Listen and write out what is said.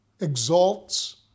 exalts